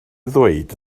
ddweud